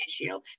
issue